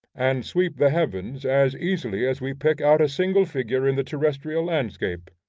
and sweep the heavens as easily as we pick out a single figure in the terrestrial landscape.